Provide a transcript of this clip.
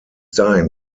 dahin